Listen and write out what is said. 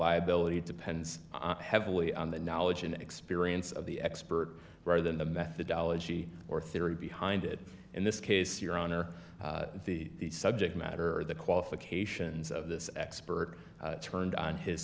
reliability depends heavily on the knowledge and experience of the expert rather than the methodology or theory behind it in this case your own or the subject matter or the qualifications of this expert turned on his